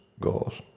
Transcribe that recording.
goals